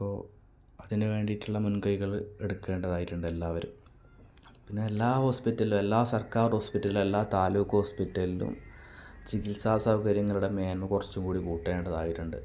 ഇപ്പോൾ അതിന് വേണ്ടിയിട്ടുള്ള മുൻകൈകള് എടുക്കേണ്ടതായിട്ടുണ്ട് എല്ലാവരും പിന്നെ എല്ലാ ഹോസ്പിറ്റലും എല്ലാ സർക്കാർ ഹോസ്പിറ്റലും എല്ലാ താലൂക്ക് ഹോസ്പിറ്റലും ചികിത്സാ സൗകര്യങ്ങളുടെ മേന്മ കുറച്ചും കൂടി കൂട്ടേണ്ടതായിട്ടുണ്ട്